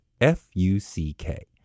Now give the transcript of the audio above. F-U-C-K